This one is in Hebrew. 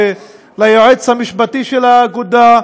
ליועץ המשפטי של האגודה,